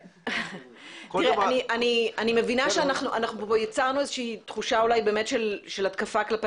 אני מבינה שאנחנו פה יצרנו איזושהי תחושה אולי באמת של התקפה כלפי